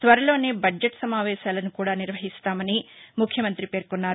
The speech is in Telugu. త్వరలోనే బడ్జెట్ సమావేశాలను కూడా నిర్వహిస్తామని ముఖ్యమంత్రి పేర్కొన్నారు